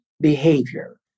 behavior